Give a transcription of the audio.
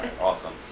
Awesome